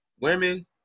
Women